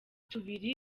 tubiri